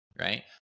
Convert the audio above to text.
right